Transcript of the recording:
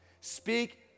Speak